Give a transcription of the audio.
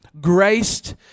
Graced